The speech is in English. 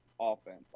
offense